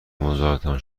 مزاحمتان